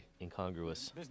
incongruous